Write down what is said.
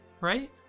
Right